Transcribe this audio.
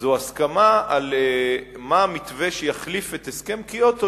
זאת הסכמה על המתווה שיחליף את הסכם קיוטו,